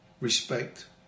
respect